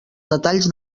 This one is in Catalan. detalls